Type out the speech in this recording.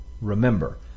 Remember